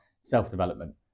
self-development